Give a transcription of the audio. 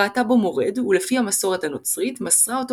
ראתה בו מורד ולפי המסורת הנוצרית מסרה אותו